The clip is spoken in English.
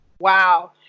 wow